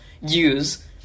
use